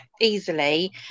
easily